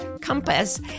compass